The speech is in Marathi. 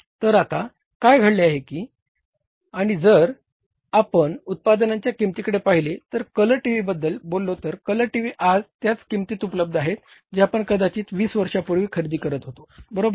तर आता काय घडले आहे आणि जर आपण उत्पादनांच्या किंमतींकडे पाहिले तर कलर टीव्हीबद्दल बोललो तर कलर टीव्ही आज त्याच किंमतीत उपलब्ध आहेत जे आपण कदाचित वीस वर्षांपूर्वी खरेदी करत होतो बरोबर